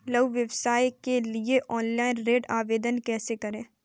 लघु व्यवसाय के लिए ऑनलाइन ऋण आवेदन कैसे करें?